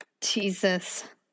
Jesus